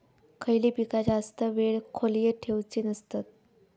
खयली पीका जास्त वेळ खोल्येत ठेवूचे नसतत?